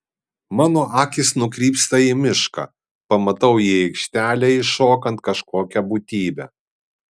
mano akys nukrypsta į mišką pamatau į aikštelę įšokant kažkokią būtybę